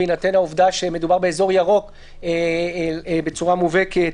בהינתן העובדה שמדובר באזור ירוק בצורה מובהקת?